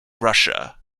russia